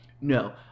No